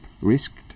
risked